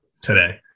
today